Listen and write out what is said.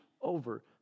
over